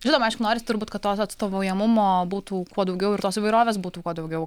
žinoma aišku noris turbūt kad tos atstovaujamumo būtų kuo daugiau ir tos įvairovės būtų kuo daugiau